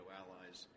allies